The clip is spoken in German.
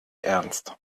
ernst